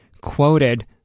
quoted